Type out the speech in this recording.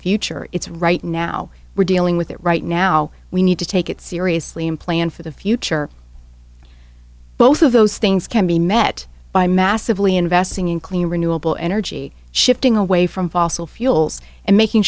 future it's right now we're dealing with it right now we need to take it seriously and plan for the future both of those things can be met by massively investing in clean renewable energy shifting away from fossil fuels and making